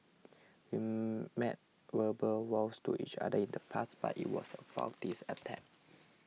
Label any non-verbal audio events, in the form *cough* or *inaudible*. we *hesitation* made verbal vows to each other in the past but it was a futile attempt